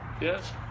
Yes